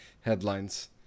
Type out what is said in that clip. headlines